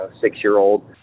six-year-old